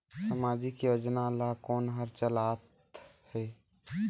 समाजिक योजना ला कोन हर चलाथ हे?